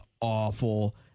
awful